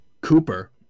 Cooper